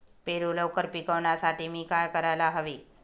पेरू लवकर पिकवण्यासाठी मी काय करायला हवे?